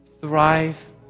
thrive